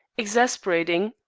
exasperating,